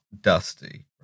Dusty